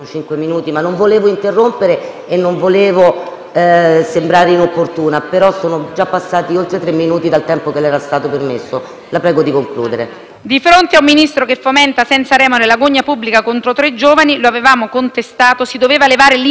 e sembrare inopportuna, ma sono già passati oltre tre minuti dal tempo che le era stato concesso. La prego di concludere. VALENTE *(PD)*. Di fronte a un Ministro che fomenta senza remore la gogna pubblica contro tre giovani che lo avevano contestato si doveva levare l'indignazione di chi ha responsabilità di Governo su questo fronte.